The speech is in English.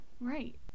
Right